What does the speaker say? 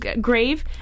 grave